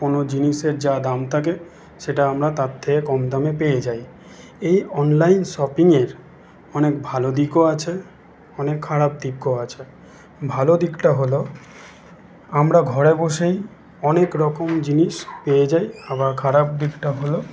কোনো জিনিসের যা দাম থাকে সেটা আমরা তার থেকে কম দামে পেয়ে যাই এই অনলাইন শপিংয়ের অনেক ভালো দিকও আছে অনেক খারাপ দিকও আছে ভালো দিকটা হলো আমরা ঘরে বসেই অনেক রকম জিনিস পেয়ে যাই আবার খারাপ দিকটা হলো